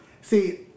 See